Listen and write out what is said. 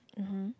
mmhmm